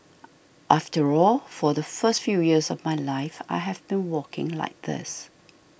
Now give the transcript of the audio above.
after all for the first few years of my life I have been walking like this